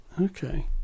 Okay